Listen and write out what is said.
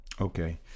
okay